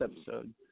episode